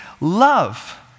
love